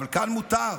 אבל כאן מותר,